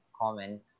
comment